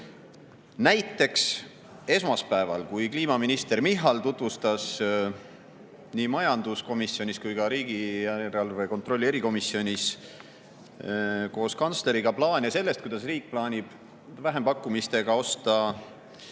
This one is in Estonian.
Näiteks esmaspäeval, kui kliimaminister Michal tutvustas nii majanduskomisjonis kui ka riigieelarve kontrolli erikomisjonis koos [ministeeriumi] kantsleriga plaane sellest, kuidas riik plaanib vähempakkumistega osta